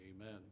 Amen